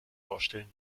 vorstellen